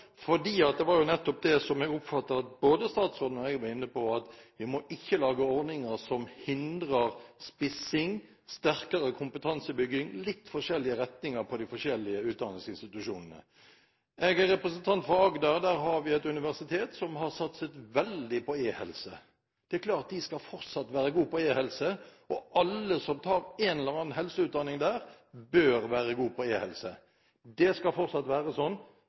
Det var jo nettopp det som jeg oppfattet at både statsråden og jeg var inne på – at vi ikke må lage ordninger som hindrer spissing, sterkere kompetansebygging og litt forskjellige retninger på de forskjellige utdannelsesinstitusjonene. Jeg er representant for Agder. Der har vi et universitet som har satset veldig på eHelse. Det er klart at de fortsatt skal være god på eHelse, og alle som tar en eller annen helseutdanning der, bør være god på eHelse. Det skal fortsatt være sånn.